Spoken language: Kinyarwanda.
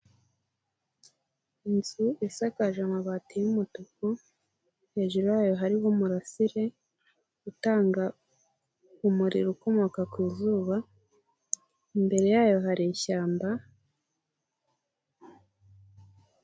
Inzu isakaje amabati y'umutuku, hejuru yayo hariho umurasire utanga umuriro ukomoka ku izuba, imbere yayo hari ishyamba.